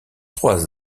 trois